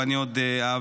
ואני עוד אעביר,